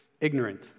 Ignorant